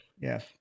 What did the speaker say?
Yes